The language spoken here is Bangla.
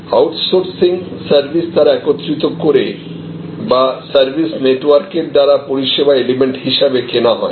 আউটসোর্সিং সার্ভিস যারা একত্রিত করে বা সার্ভিস নেটওয়ার্কদের দ্বারা পরিষেবা এলিমেন্ট হিসাবে কেনা হয়